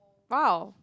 !wow!